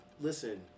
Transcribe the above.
Listen